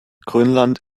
grönland